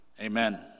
Amen